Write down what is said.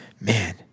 Man